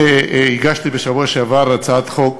הגשתי בשבוע שעבר הצעת חוק